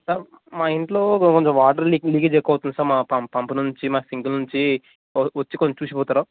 sir మా ఇంట్లో కొంచెం వాటర్ లికే లీకేజీ ఎక్కువ అవుతుంది సార్ మా పంప్ పంప్ నుంచి మా సింక్ నుంచి వ వచ్చి కొంచెం చూసి పోతారా